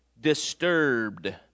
disturbed